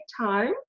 time